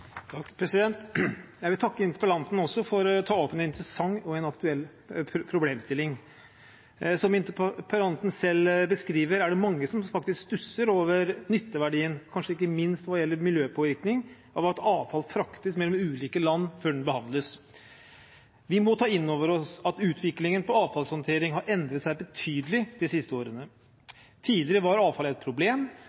Jeg vil takke interpellanten for å ta opp en interessant og aktuell problemstilling. Som interpellanten selv beskriver, er det mange som stusser over nytteverdien, ikke minst når det gjelder miljøpåvirkning, av at avfall fraktes mellom ulike land før det behandles. Vi må ta inn over oss at utviklingen av avfallshåndtering har endret seg betydelig de siste årene. Tidligere var avfall et problem